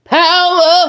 power